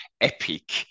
epic